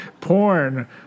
porn